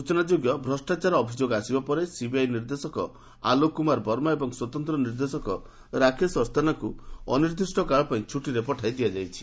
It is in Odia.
ସ୍ଚଚନା ଯୋଗ୍ୟ ଭ୍ରଷ୍ଟାଚାର ଅଭିଯୋଗ ଆସିବା ପରେ ସିବିଆଇ ନିର୍ଦ୍ଦେଶକ ଆଲୋକ କୁମାର ବର୍ମା ଏବଂ ସ୍ୱତନ୍ତ ନିର୍ଦ୍ଦେଶକ ରାକେଶ ଅସ୍ଥାନାଙ୍କୁ ଅନିର୍ଦ୍ଦିଷ୍ଟକାଳ ପାଇଁ ଛୁଟିରେ ପଠାଇ ଦିଆଯାଇଛି